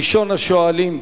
ראשון השואלים